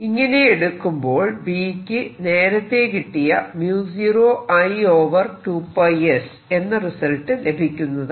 ഇങ്ങനെ എടുക്കുമ്പോൾ B യ്ക്ക് നേരത്തെ കിട്ടിയ 0 I 2 s എന്ന റിസൾട്ട് ലഭിക്കുന്നതാണ്